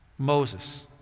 Moses